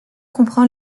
comprend